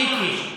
מיקי,